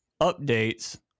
updates